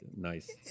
nice